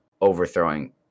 overthrowing